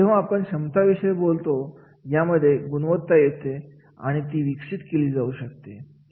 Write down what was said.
जेव्हा आपण क्षमता विषय बोलत असतो यामध्ये गुणवत्ता येते आणि ती विकसित केली जाऊ शकते